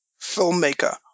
filmmaker